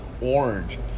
orange